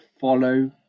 follow